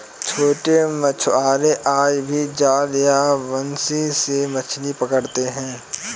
छोटे मछुआरे आज भी जाल या बंसी से मछली पकड़ते हैं